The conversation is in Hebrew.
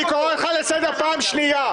אני קורא אותך לסדר פעם שנייה.